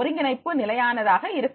ஒருங்கிணைப்பு நிலையானதாக இருக்கும்